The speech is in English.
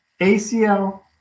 ACL